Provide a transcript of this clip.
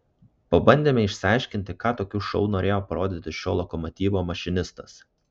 pabandėme išsiaiškinti ką tokiu šou norėjo parodyti šio lokomotyvo mašinistas